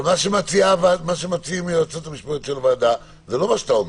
מה שמציעות היועצות המשפטיות של הוועדה זה לא מה שאתה אומר.